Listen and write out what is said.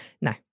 No